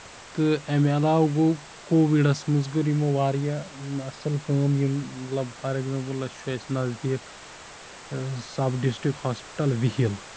تہٕ اَمہِ علاوٕ گوٚو کووِڈَس منٛز کٔر یِمو واریاہ اَصٕل کٲم یِم مطلب فار ایٚکزامپٕل چھُ اَسہِ نزدیٖک سَب ڈِسٹرک ہاسپِٹل وِہِل